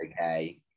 okay